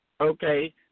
Okay